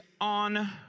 on